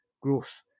growth